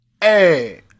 Hey